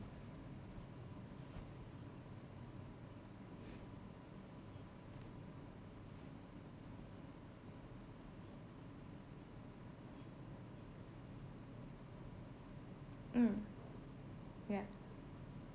mm ya